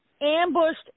Ambushed